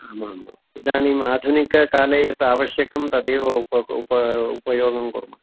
आम् आमाम् इदानीम् आधुनिककाले यत् आवश्यकं तदेव उप उप उपयोगं कुर्मः